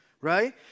right